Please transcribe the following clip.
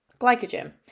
glycogen